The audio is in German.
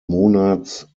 monats